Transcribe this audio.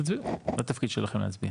תצביעו, זה התפקיד שלכם להצביע.